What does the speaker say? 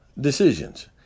Decisions